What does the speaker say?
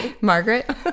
Margaret